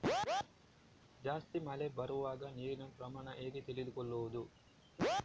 ಜಾಸ್ತಿ ಮಳೆ ಬರುವಾಗ ನೀರಿನ ಪ್ರಮಾಣ ಹೇಗೆ ತಿಳಿದುಕೊಳ್ಳುವುದು?